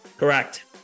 Correct